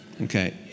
Okay